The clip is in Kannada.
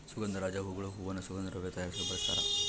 ಸುಗಂಧರಾಜ ಹೂಗಳು ಹೂವನ್ನು ಸುಗಂಧ ದ್ರವ್ಯ ತಯಾರಿಸಲು ಬಳಸ್ತಾರ